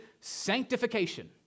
Sanctification